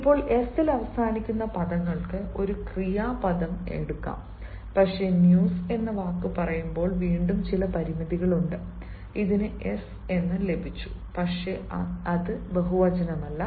ഇപ്പോൾ s ൽ അവസാനിക്കുന്ന പദങ്ങൾക്ക് ഒരു ക്രിയാപദം എടുക്കാം പക്ഷേ ന്യൂസ് എന്ന വാക്ക് പറയുമ്പോൾ വീണ്ടും ചില പരിമിതികളുണ്ട് ഇതിന് s ഉം ലഭിച്ചു പക്ഷേ അത് ബഹുവചനമല്ല